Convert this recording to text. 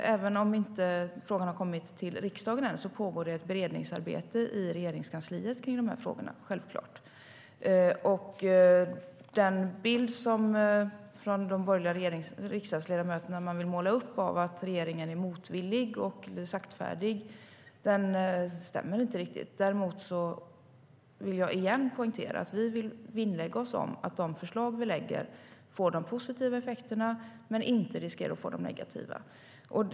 Även om frågan inte har kommit till riksdagen än pågår det ett beredningsarbete i Regeringskansliet kring de här frågorna. Den bild som de borgerliga riksdagsledamöterna vill måla upp av att regeringen är motvillig och saktfärdig stämmer inte riktigt. Däremot vill jag igen poängtera att vi vill vinnlägga oss om att de förslag som vi lägger fram får positiva effekter men inte riskerar att få negativa effekter.